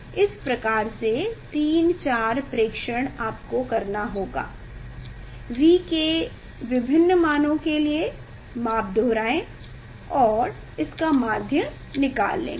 इस प्रकार से 3 4 प्रेक्षण आपको करना होगा V के विभिन्न मानों के लिए माप को दोहराएं और इसका माध्य निकाल लेंगे